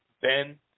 Ben